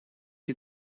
you